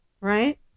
right